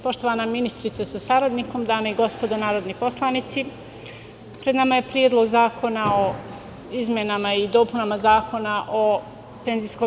Poštovana ministarko sa saradnikom, dame i gospodo narodni poslanici, pred nama je Predlog zakona o izmenama i dopunama Zakona o PIO.